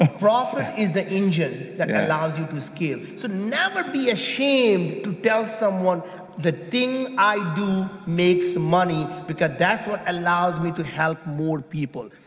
ah ah the engine that allows you to scale, so never be ashamed to tell someone the thing i do makes money because that's what allows me to help more people.